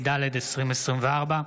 התשפ"ד 2024,